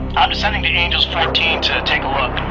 i'm descending to angels fourteen to take a look.